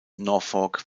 norfolk